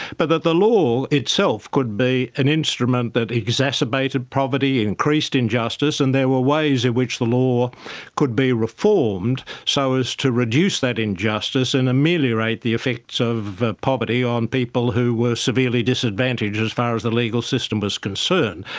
but that the law itself could be an instrument that exacerbated poverty, increased injustice, and there were ways in which the law could be reformed so as to reduce that injustice and ameliorate the effects of poverty on people who were severely disadvantaged as far as the legal system was concerned.